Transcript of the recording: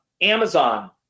Amazon